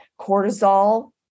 cortisol